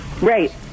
Right